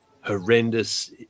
horrendous